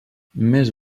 més